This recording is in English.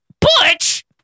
Butch